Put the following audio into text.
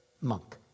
monk